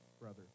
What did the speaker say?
brother